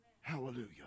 Hallelujah